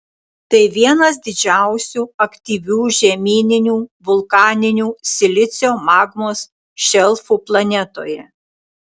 tai vienas didžiausių aktyvių žemyninių vulkaninių silicio magmos šelfų planetoje